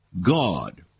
God